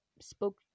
spoke